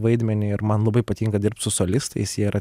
vaidmenį ir man labai patinka dirbt su solistais jie yra